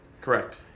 Correct